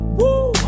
woo